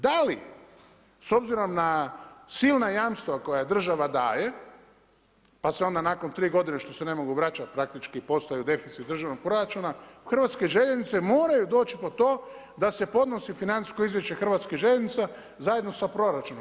Da li s obzirom na silna jamstva koja država daje pa se onda nakon 3 godine što se ne mogu vraćati praktički postaju deficit državnog proračuna Hrvatske željeznice moraju doći po to da se podnosi financijsko izvješće Hrvatskih željeznica zajedno sa proračunom.